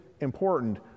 important